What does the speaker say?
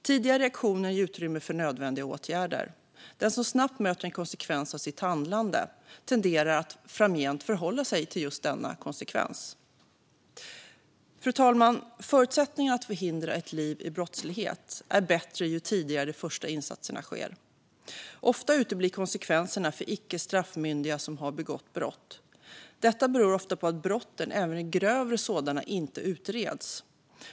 Tidiga reaktioner ger utrymme för nödvändiga åtgärder. Den som snabbt möter en konsekvens av sitt handlande tenderar att framgent förhålla sig till just denna konsekvens. Fru talman! Förutsättningarna för att förhindra ett liv i brottslighet är bättre ju tidigare de första insatserna sker. Ofta uteblir konsekvenserna för icke straffmyndiga som har begått brott. Detta beror ofta på att brotten, även grövre sådana, inte utreds.